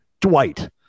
Dwight